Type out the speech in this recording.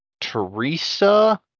Teresa